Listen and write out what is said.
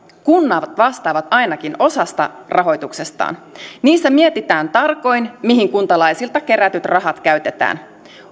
kunnat vastaavat ainakin osasta rahoituksestaan niissä mietitään tarkoin mihin kuntalaisilta kerätyt rahat käytetään